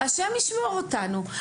ה׳ ישמור אותנו.